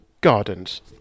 Gardens